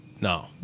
no